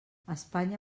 espanya